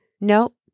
nope